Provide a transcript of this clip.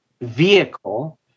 vehicle